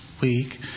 week